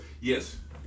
Yes